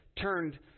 turned